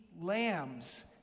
lambs